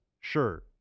sure